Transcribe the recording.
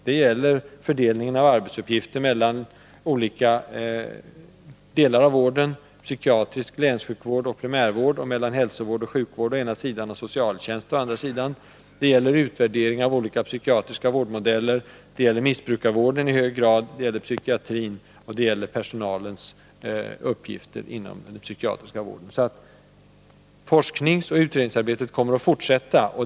Det gäller fördelningen av arbetsuppgifter mellan olika delar av vården — mellan psykiatrisk länssjukvård och primärvård, mellan hälsovård och sjukvård å ena sidan och socialtjänst å den andra — det gäller utvärdering av olika psykiatriska vårdmodeller, det gäller i hög grad missbrukarvården, det gäller psykoterapin och det gäller personalens uppgifter inom den psykiatriska vården. Forskningsoch utredningsarbetet kommer alltså att fortsätta.